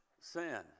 sin